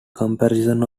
comparison